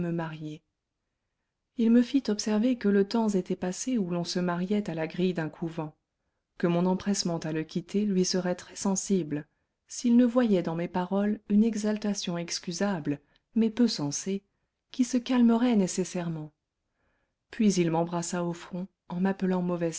marier il me fit observer que le temps était passé où l'on se mariait à la grille d'un couvent que mon empressement à le quitter lui serait très-sensible s'il ne voyait dans mes paroles une exaltation excusable mais peu sensée qui se calmerait nécessairement puis il m'embrassa au front en m'appelant mauvaise